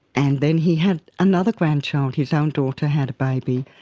and then he had another grandchild, his own daughter had a baby.